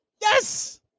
Yes